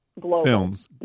Films